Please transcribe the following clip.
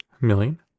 million